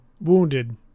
wounded